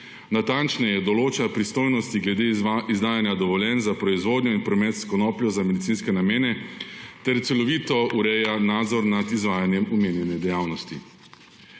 natančneje določa pristojnosti glede izdajanja dovoljenj za proizvodnjo in promet s konopljo za medicinske namene ter celovito ureja nadzor nad izvajanjem omenjene dejavnosti.